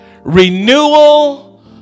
renewal